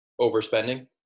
overspending